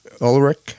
Ulrich